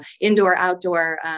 indoor-outdoor